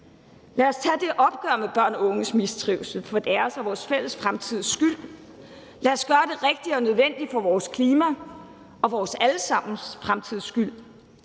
Lad os tage det opgør med børn og unges mistrivsel for vores fælles fremtids skyld. Lad os gøre det rigtige og nødvendige for vores klima for vores alle sammens fremtids skyld.